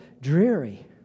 dreary